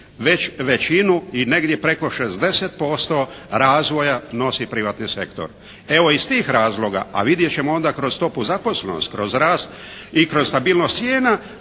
većinu i negdje preko 60% razvoja nosi privatni sektor. Evo iz tih razloga, a vidjet ćemo onda kroz stopu zaposlenost, kroz rast i kroz stabilnost cijena